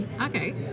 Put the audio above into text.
Okay